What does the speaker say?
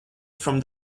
from